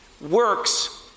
works